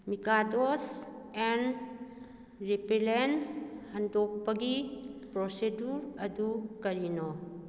Mikado's ꯑꯦꯟ ꯔꯤꯄꯤꯂꯦꯟ ꯍꯟꯗꯣꯛꯄꯒꯤ ꯄ꯭ꯔꯣꯁꯦꯗꯨꯔ ꯑꯗꯨ ꯀꯔꯤꯅꯣ